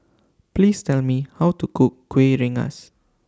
Please Tell Me How to Cook Kuih Rengas